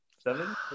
seven